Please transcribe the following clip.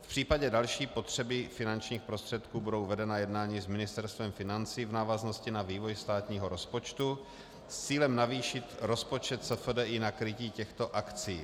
V případě další potřeby finančních prostředků budou vedena jednání s Ministerstvem financí v návaznosti na vývoj státního rozpočtu s cílem navýšit rozpočet SFDI na krytí těchto akcí.